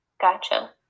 Gotcha